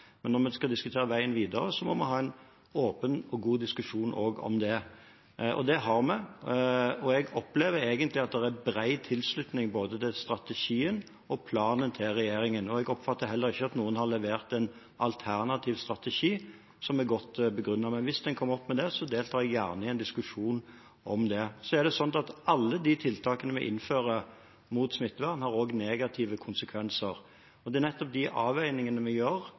og det har vi. Jeg opplever egentlig at det er bred tilslutning til både strategien og planen til regjeringen. Jeg oppfatter heller ikke at noen har levert en alternativ strategi som er godt begrunnet. Men hvis man kommer opp med det, deltar jeg gjerne i en diskusjon om det. Alle de tiltakene vi innfører med tanke på smittevern, har også negative konsekvenser. Det er nettopp de avveiningene vi gjør